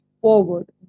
forward